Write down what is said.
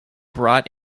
brought